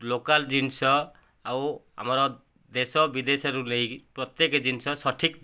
local ଜନିଷ ଆଉ ଆମର ଦେଶ ବିଦେଶରୁ ନେଇ ପ୍ରତ୍ୟେକ ଜିନିଷ ସଠିକ୍